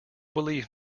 believe